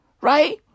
Right